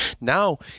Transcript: Now